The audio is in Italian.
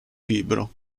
libro